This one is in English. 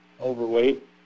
overweight